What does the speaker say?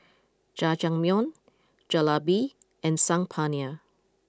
Jajangmyeon Jalebi and Saag Paneer